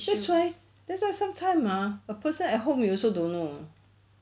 that's why that's why sometime uh a person at home you also don't know